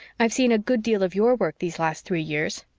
i've seen a good deal of your work these last three years.